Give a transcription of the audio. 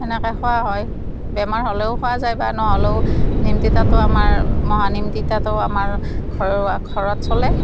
এনেকৈ খুওৱা হয় বেমাৰ হ'লেও খোৱা যায় বা নহ'লেও নিম তিতাটো আমাৰ মহানিম তিতাটো আমাৰ ঘৰুৱা ঘৰত চলে